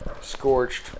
Scorched